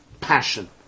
passion